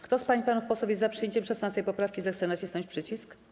Kto z pań i panów posłów jest za przyjęciem 16. poprawki, zechce nacisnąć przycisk.